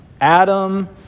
Adam